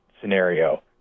scenario